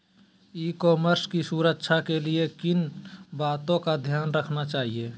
ई commerce की सुरक्षा के लिए किन बातों का ध्यान रखना चाहिए?